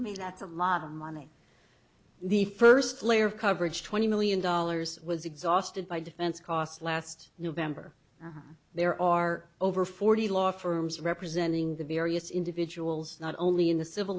me that a lot of money the first layer of coverage twenty million dollars was exhausted by defense costs last november there are over forty law firms representing the various individuals not only in the civil